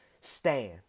Stand